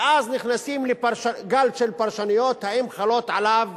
ואז נכנסים לגל של פרשנויות, האם חלות עליו